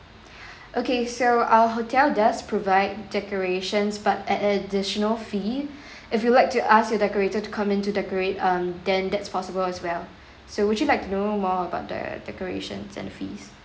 okay so our hotel does provide decorations but at an additional fee if you like to ask your decorator come in to decorate um then that's possible as well so would you like to know more about the decorations and fees